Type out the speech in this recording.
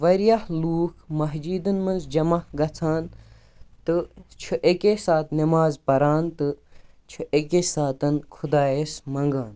واریاہ لُکھ مسجِدن منٛز جمع گژھان تہٕ چھِ اَکے ساتہِ نٮ۪ماز پران تہٕ چھِ اَکے ساتن خۄدایس منٛگان